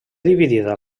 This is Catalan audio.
dividida